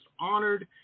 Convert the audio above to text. honored